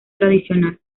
tradicional